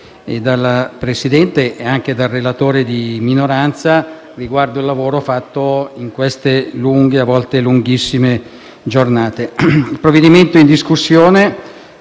dai relatori e anche dal relatore di minoranza, riguardo il lavoro fatto in queste lunghe, a volte lunghissime giornate. Il provvedimento in discussione